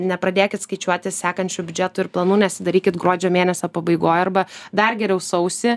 nepradėkit skaičiuoti sekančių biudžetų ir planų nesidairykit gruodžio mėnesio pabaigoj arba dar geriau sausį